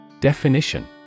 Definition